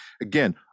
again